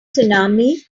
tsunami